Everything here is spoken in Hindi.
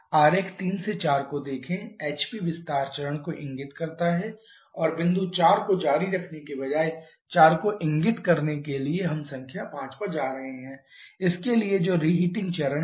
आरेख 3 से 4 को देखें HP विस्तार चरण को इंगित करता है और बिंदु 4 को जारी रखने के बजाय 4 को इंगित करने के लिए हम संख्या 5 पर जा रहे हैं इसके लिए जो रीहीटिंग चरण है